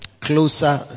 Closer